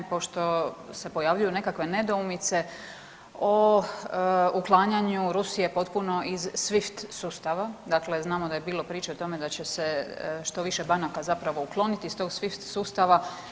Pošto se pojavljuju nekakve nedoumice o uklanjanju Rusije potpuno iz SWIFT sustava, dakle znamo da je bilo priče o tome da će se što više banaka u stvari ukloniti iz SWIFT sustava.